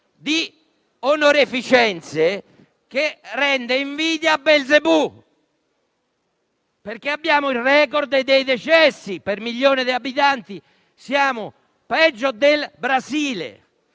di onorificenze che rende invidia a Belzebù perché abbiamo il *record* dei decessi per milione di abitanti. Siamo peggio del Brasile!